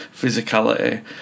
physicality